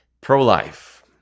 Pro-life